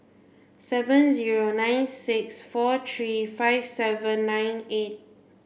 seven zero nine six four three five seven nine eight